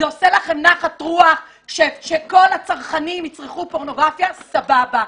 זה עושה לכם נחת רוח שכל הצרכנים יצרכו פורנוגרפיה סבבה.